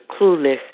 clueless